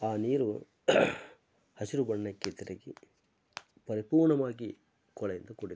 ಆ ನೀರು ಹಸಿರು ಬಣ್ಣಕ್ಕೆ ತಿರುಗಿ ಪರಿಪೂರ್ಣವಾಗಿ ಕೊಳೆಯಿಂದ ಕೂಡಿದೆ